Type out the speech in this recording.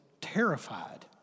terrified